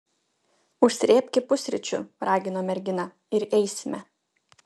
užsrėbki pusryčių ragino mergina ir eisime